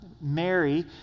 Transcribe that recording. Mary